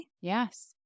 Yes